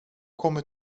kommer